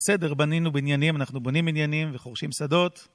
בסדר, בנינו בניינים, אנחנו בונים בניינים וחורשים שדות.